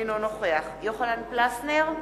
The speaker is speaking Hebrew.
אינו נוכח יוחנן פלסנר,